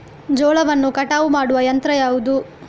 ಜೋಳವನ್ನು ಕಟಾವು ಮಾಡುವ ಯಂತ್ರ ಯಾವುದು?